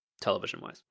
Television-wise